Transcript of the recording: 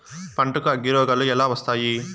పంటకు అగ్గిరోగాలు ఎలా వస్తాయి?